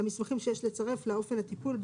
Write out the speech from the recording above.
את המסמכים שיש לצרף לאופן הטיפול,